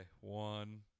one